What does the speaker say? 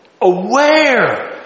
aware